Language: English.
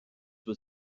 was